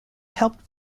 helped